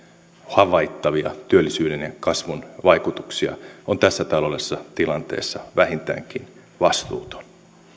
havaittavia työllisyyden ja kasvun vaikutuksia on tässä taloudellisessa tilanteessa vähintäänkin vastuuton